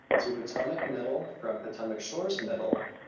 to potomac middle from potomac shores middle,